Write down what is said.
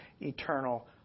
eternal